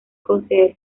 conceder